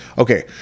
Okay